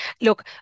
Look